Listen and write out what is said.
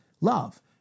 love